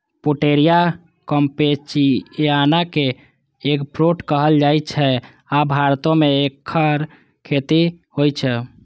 Pouteria campechiana कें eggfruit कहल जाइ छै, आ भारतो मे एकर खेती होइ छै